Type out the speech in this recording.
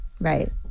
Right